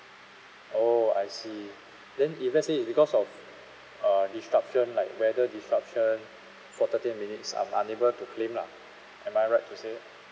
oh I see then if let's say it's because of uh disruption like weather disruption for thirty minutes I'm unable to claim lah am I right to say that